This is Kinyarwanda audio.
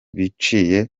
biciye